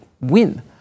win